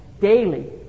daily